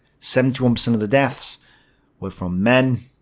seventy one percent of the deaths were from men,